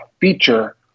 feature